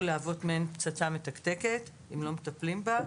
להוות מעין פצצה מתקתקת אם לא מטפלים בה.